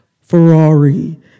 Ferrari